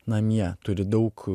namie turi daug